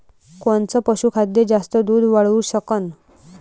कोनचं पशुखाद्य जास्त दुध वाढवू शकन?